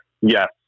Yes